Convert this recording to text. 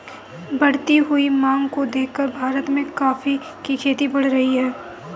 बढ़ती हुई मांग को देखकर भारत में कॉफी की खेती बढ़ रही है